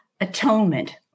atonement